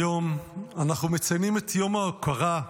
היום אנחנו מציינים את יום ההוקרה,